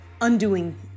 undoing